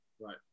Right